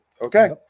okay